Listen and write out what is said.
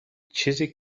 چیزی